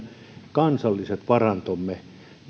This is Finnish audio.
kansalliset varantomme